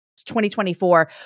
2024